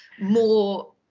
more